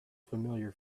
familiar